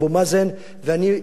ואני מוריד את הכובע בשבילך.